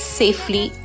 safely